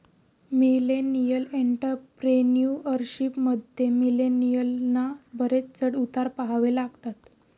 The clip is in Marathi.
मिलेनियल एंटरप्रेन्युअरशिप मध्ये, मिलेनियलना बरेच चढ उतार पहावे लागतात